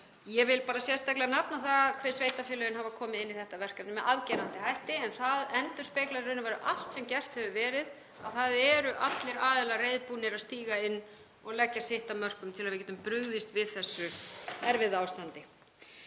Ég vil bara sérstaklega nefna það hve sveitarfélögin hafa komið inn í þetta verkefni með afgerandi hætti. Allt sem gert hefur verið endurspeglar í raun og veru að það eru allir aðilar reiðubúnir að stíga inn og leggja sitt af mörkum til að við getum brugðist við þessu erfiða ástandi.